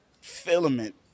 Filament